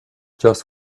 just